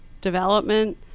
development